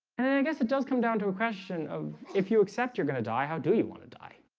and i guess it does come down to a question of if you accept you're going to die, how do you want to die